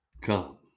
come